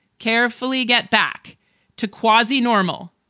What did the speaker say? carefully get back to quasi normal.